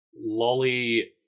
lolly